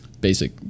Basic